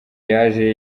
yaje